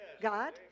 God